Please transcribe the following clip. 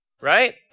right